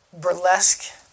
burlesque